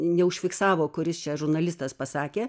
neužfiksavo kuris čia žurnalistas pasakė